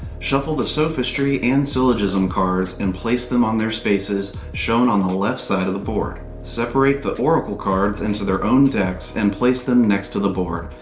shuffle the sophistry and syllogism cards and place them on their spaces shown on the left side of the board. separate the oracle cards into their own decks and place them next to the board.